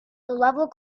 level